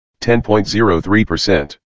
10.03%